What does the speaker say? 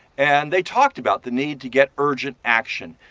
and they talked about the need to get urgent action.